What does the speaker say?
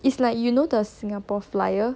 it's like you know the singapore flyer